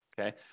okay